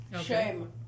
Shame